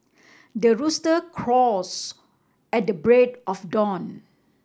the rooster crows at the break of dawn